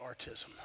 autism